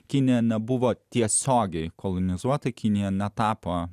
kinija nebuvo tiesiogiai kolonizuota kinija netapo